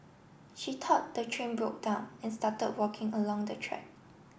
she thought the train broke down and started walking along the track